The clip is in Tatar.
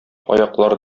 аяклар